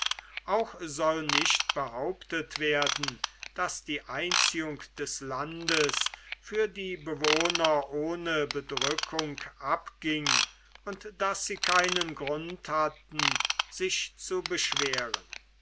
auch soll nicht behauptet werden daß die einziehung des landes für die bewohner ohne bedrückung abging und daß sie keinen grund hatten sich zu beschweren